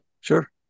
Sure